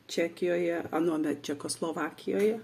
čekijoje anuomet čekoslovakijoje